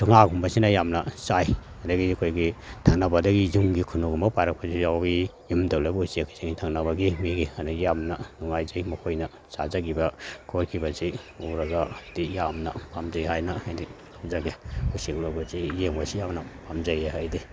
ꯆꯣꯉꯥꯒꯨꯝꯕꯁꯤꯅ ꯌꯥꯝꯅ ꯆꯥꯏ ꯑꯗꯒꯤ ꯑꯩꯈꯣꯏꯒꯤ ꯊꯪꯅꯕꯗꯒꯤ ꯌꯨꯝꯒꯤ ꯈꯨꯅꯨꯒꯨꯝꯕ ꯄꯥꯏꯔꯛꯄꯁꯨ ꯌꯥꯎꯏ ꯌꯨꯝꯗ ꯂꯩꯕ ꯎꯆꯦꯛꯁꯤꯡ ꯊꯪꯅꯕꯒꯤ ꯃꯤꯒꯤ ꯑꯗꯒꯤ ꯌꯥꯝꯅ ꯅꯨꯡꯉꯥꯏꯖꯩ ꯃꯈꯣꯏꯅ ꯆꯥꯖꯒꯤꯕ ꯈꯣꯠꯈꯤꯕꯁꯤ ꯎꯔꯒꯗꯤ ꯌꯥꯝꯅ ꯄꯥꯝꯖꯩ ꯍꯥꯏꯅ ꯑꯩꯗꯤ ꯊꯝꯖꯒꯦ ꯎꯆꯦꯛ ꯎꯔꯛꯄꯁꯤ ꯌꯦꯡꯕꯁꯤ ꯌꯥꯝꯅ ꯄꯥꯝꯖꯩ ꯑꯩꯗꯤ